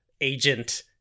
agent